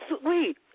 Sweet